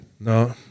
No